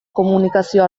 komunikazio